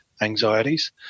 anxieties